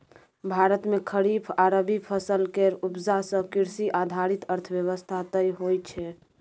भारत मे खरीफ आ रबी फसल केर उपजा सँ कृषि आधारित अर्थव्यवस्था तय होइ छै